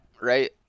Right